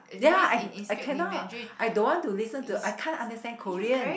ya I I cannot I don't want to listen to I can't understand Korean